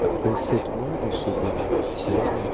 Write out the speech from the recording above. après sept mois de ce bonheur tiède